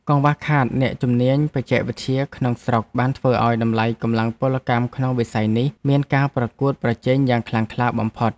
កង្វះខាតអ្នកជំនាញបច្ចេកវិទ្យាក្នុងស្រុកបានធ្វើឱ្យតម្លៃកម្លាំងពលកម្មក្នុងវិស័យនេះមានការប្រកួតប្រជែងយ៉ាងខ្លាំងក្លាបំផុត។